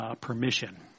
permission